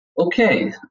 Okay